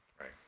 right